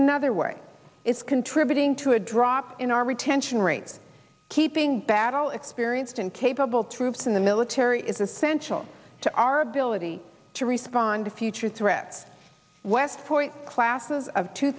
another way is contributing to a drop in our retention rates keeping battle experienced and capable troops in the military is essential to our ability to respond to future threats west point classes of two